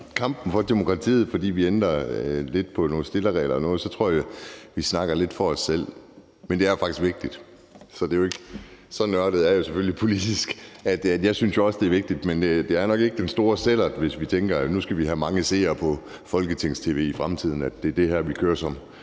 kampen for demokratiet, fordi vi ændrer lidt på nogle spilleregler eller noget, tror jeg at vi snakker lidt for os selv. Men det er faktisk vigtigt. Så nørdet er jeg selvfølgelig politisk. Jeg synes jo også, det er vigtigt, men det er nok ikke den store sællert. Hvis vi tænker, at vi nu skal have mange seere på Folketingets tv i fremtiden, så kører vi nok ikke det